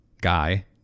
Guy